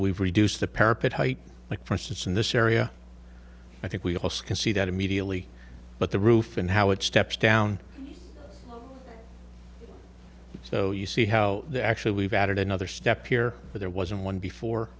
we've reduced the parapet height like for instance in this area i think we can see that immediately but the roof and how it steps down so you see how the actually we've added another step here but there wasn't one before